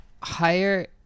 higher